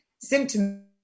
symptoms